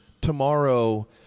tomorrow